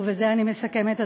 ובזה אני מסכמת,